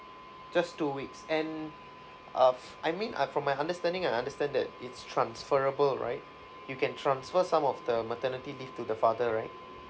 just two weeks and uh I mean I from my understanding I understand that it's transferrable right you can transfer some of the maternity leave to the father right